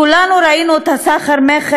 כולנו ראינו את הסחר-מכר,